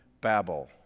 Babel